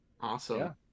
awesome